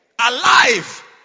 alive